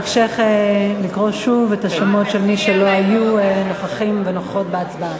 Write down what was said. אבקשך לקרוא שוב את השמות של מי שלא היו נוכחים ונוכחות בהצבעה.